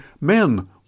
Men